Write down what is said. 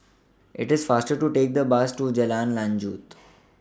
IT IS faster to Take The Bus to Jalan Lanjut